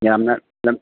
ꯌꯥꯝꯅ